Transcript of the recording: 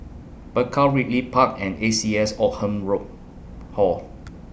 Bakau Ridley Park and A C S Oldham Rall Hall